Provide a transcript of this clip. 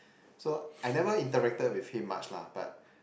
so I never interacted with him much lah but